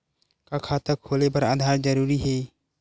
का खाता खोले बर आधार जरूरी हे?